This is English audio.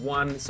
one